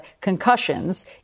concussions